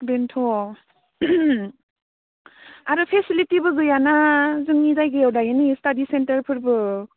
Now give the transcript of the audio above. बेनोथ' आरो फेसिलिटिबो गैयाना जोंनि जायगायाव दायो नै स्टाडि सेन्टारफोरबो